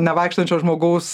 nevaikštančio žmogaus